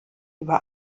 über